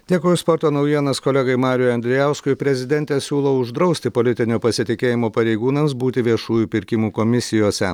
dėkoju už sporto naujienas kolegai marijui andrijauskui prezidentė siūlo uždrausti politinio pasitikėjimo pareigūnams būti viešųjų pirkimų komisijose